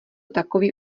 takový